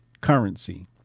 currency